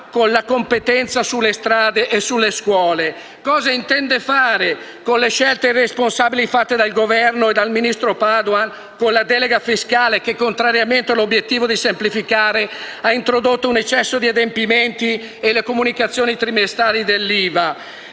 con la competenza sulle strade e sulle scuole? *(Applausi dal Gruppo LN-Aut)*. Cosa intende fare con le scelte irresponsabili fatte dal Governo e dal ministro Padoan con la delega fiscale che, contrariamente all'obiettivo della semplificazione, ha introdotto un eccesso di adempimenti e le comunicazioni trimestrali dell'IVA?